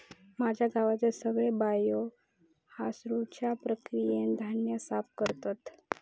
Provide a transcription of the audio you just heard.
माझ्या गावचे सगळे बायो हासडुच्या प्रक्रियेन धान्य साफ करतत